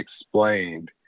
explained